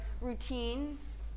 routines